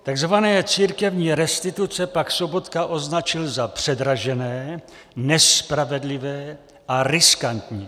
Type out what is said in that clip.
Takzvané církevní restituce pak Sobotka označil za předražené, nespravedlivé a riskantní.